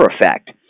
effect